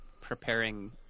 preparing